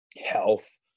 health